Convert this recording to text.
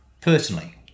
personally